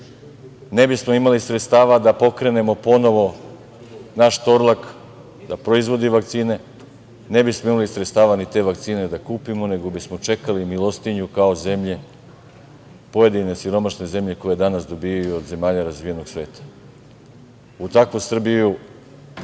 Ne bismo imali sredstava da pokrenemo ponovo naš „Torlak“ da proizvodimo vakcine, ne bismo imali sredstava ni te vakcine da kupimo, nego bismo čekali milostinju kao pojedine siromašne zemlje koje danas dobijaju od zemalja širom sveta. U takvu Srbiju